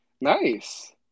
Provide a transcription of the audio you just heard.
nice